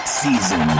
season